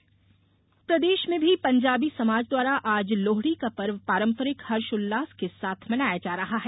लोहड़ी बधाई प्रदेश में भी पंजाबी समाज द्वारा आज लोहड़ी का पर्व पारंपरिक हर्ष उल्लास के साथ मनाया जा रहा है